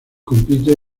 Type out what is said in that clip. compite